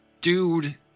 Dude